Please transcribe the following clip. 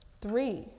Three